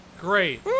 Great